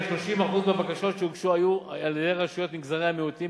כ-30% מהבקשות שהוגשו היו על-ידי רשויות ממגזרי המיעוטים,